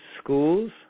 schools